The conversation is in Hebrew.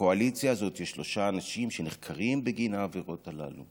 בקואליציה הזאת יש שלושה אנשים שנחקרים בגין העבירות הללו,